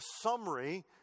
summary